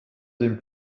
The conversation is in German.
dem